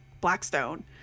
Blackstone